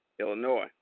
Illinois